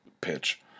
pitch